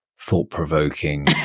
thought-provoking